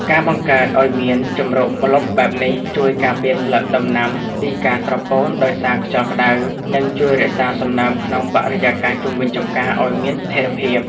ការបង្កើតឱ្យមានជម្រកម្លប់បែបនេះ ជួយការពារស្លឹកដំណាំពីការស្រពោនដោយសារខ្យល់ក្ដៅ និងជួយរក្សាសំណើមក្នុងបរិយាកាសជុំវិញចម្ការឱ្យមានស្ថិរភាព។